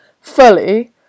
fully